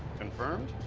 confirmed.